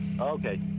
okay